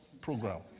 program